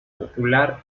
popular